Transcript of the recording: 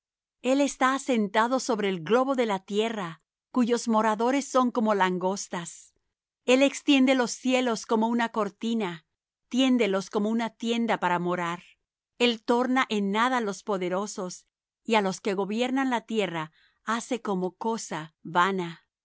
el está asentado sobre el globo de la tierra cuyos moradores son como langostas él extiende los cielos como una cortina tiéndelos como una tienda para morar el torna en nada los poderosos y á los que gobiernan la tierra hace como cosa vana